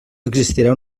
existirà